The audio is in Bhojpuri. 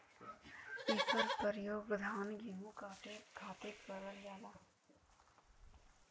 इकर परयोग धान गेहू काटे खातिर करल जाला